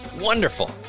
Wonderful